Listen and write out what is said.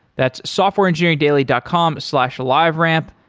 that's softwareengineeringdaily dot com slash liveramp.